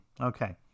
Okay